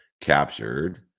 captured